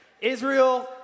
Israel